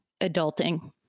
adulting